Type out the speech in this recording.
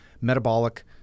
metabolic